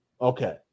okay